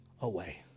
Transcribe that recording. away